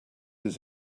his